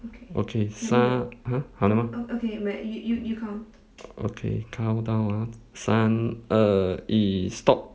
okay sir !huh! 好了吗 uh okay countdown ah 三二一 stop